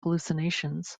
hallucinations